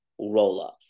rollups